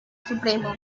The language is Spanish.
supremo